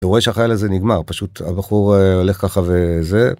אתה רואה שהחייל הזה נגמר, פשוט הבחור הולך ככה וזה.